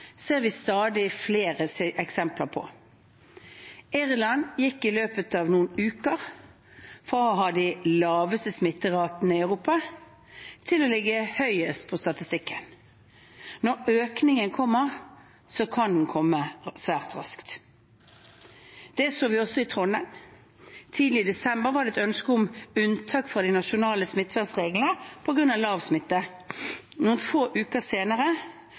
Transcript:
ser vi stadig flere eksempler på. Irland gikk i løpet av noen uker fra å ha en av de laveste smitteratene i Europa til å ligge høyest på statikken. Når økningen kommer, kan den komme svært raskt. Det så vi også i Trondheim. Tidlig i desember var det der et ønske om unntak fra de nasjonale smitteverntiltakene på grunn av lav smitte. Noen få uker senere